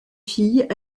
filles